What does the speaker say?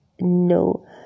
no